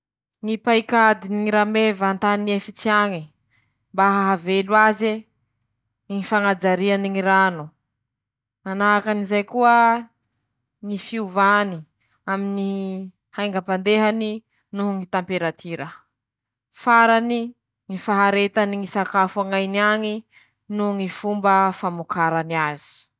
Reto aby ñy toetsa anañany ñy orsa antendrontany mba hahavelo azy añatiny ñy nintsy, ñ'aminy ñy lohan-tao noho ñy fandraharaha aminy ñy rano :mahay miay añaty rano ao i ro mahay mitahiry hery noho ñy hafana aminy ñy volony, manahaky anizay koa ñy fahaizany manao aminy ñy fihaza lafa ñ'andro ro manintsy.